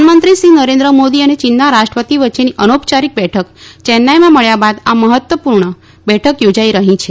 પ્રધાનમંત્રીશ્રી નરેન્દ્ર મોદી અને ચીનના રાષ્ટ્રપતિ વચ્ચેની અનૌપયારીક બેઠક ચેન્નાઇમાં મળ્યા બાદ આ મહત્વપૂર્ણ બેઠક યોજાઇ રહી છે